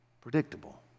predictable